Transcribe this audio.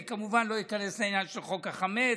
ואני כמובן לא איכנס לעניין של חוק החמץ,